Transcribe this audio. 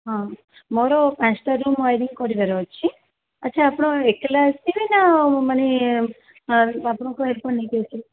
ହଁ ମୋର ପାଞ୍ଚଟା ରୁମ୍ ୱାରିଙ୍ଗ୍ କରିବାର ଅଛି ଆଚ୍ଛା ଆପଣ ଏକେଲା ଆସିବେ ନା ମାନେ ଆପଣଙ୍କ ହେଲ୍ପର୍ ନେଇକି ଆସିବେ